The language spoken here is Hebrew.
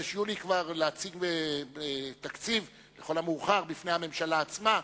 להציג תקציב בפני הממשלה עצמה,